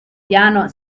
piano